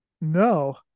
no